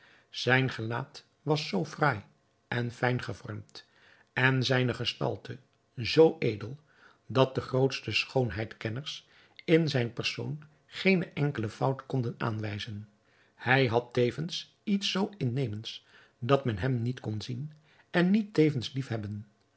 zijn gelaat was zoo fraai en fijn gevormd en zijne gestalte zoo edel dat de grootste schoonheidkenners in zijn persoon geene enkele fout konden aanwijzen hij had tevens iets zoo innemends dat men hem niet kon zien en niet tevens liefhebben